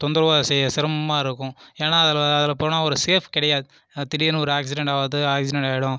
தொந்தரவாக செய்ய சிரமமாக இருக்கும் ஏன்னா அதில் அதில் போனால் ஒரு சேஃப் கிடையாது திடீர்ன்னு ஒரு ஆக்சிடென்ட் ஆகுது ஆக்சிடென்ட் ஆகிவிடும்